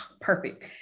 perfect